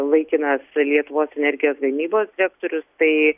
laikinas lietuvos energijos gamybos direktorius tai